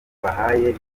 mbahaye